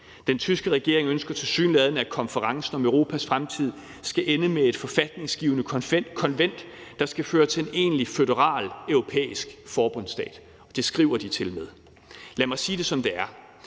Den tyske regering ønsker tilsyneladende, at konferencen om Europas fremtid skal ende med et forfatningsgivende konvent, der skal føre til en egentlig føderal europæisk forbundsstat. Det skriver de tilmed. Lad mig sige det, som det er: